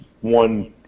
one